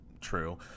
True